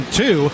two